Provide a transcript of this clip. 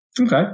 Okay